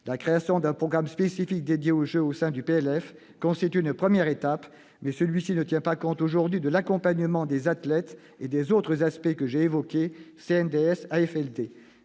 La création d'un programme spécifique dédié aux jeux au sein du projet de loi de finances constitue une première étape, mais celui-ci ne tient pas compte aujourd'hui de l'accompagnement des athlètes et des autres aspects que j'ai évoqués- CNDS, AFLD,